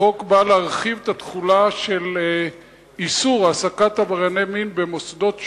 החוק בא להרחיב את התחולה של איסור העסקת עברייני מין במוסדות שונים,